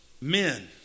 men